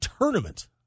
tournament